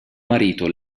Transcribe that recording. marito